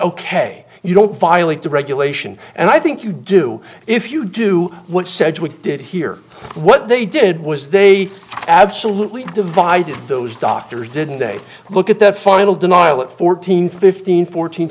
ok you don't violate the regulation and i think you do if you do what's said we did hear what they did was they absolutely divided those doctors didn't they look at the final denial at fourteen fifteen fourteen